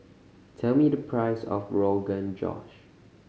tell me the price of Rogan Josh